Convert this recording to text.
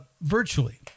virtually